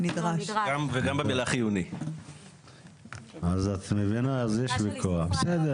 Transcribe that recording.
תיקון סעיף 103.בסעיף 10(ג)